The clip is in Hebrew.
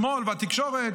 השמאל והתקשורת,